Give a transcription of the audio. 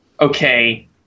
okay